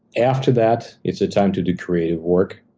after that, it's a time to do creative work.